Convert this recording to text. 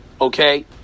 okay